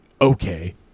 okay